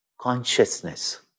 consciousness